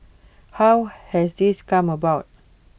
how has this come about